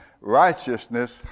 righteousness